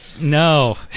no